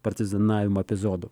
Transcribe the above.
partizanavimo epizodų